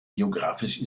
geographisch